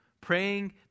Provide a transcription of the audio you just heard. praying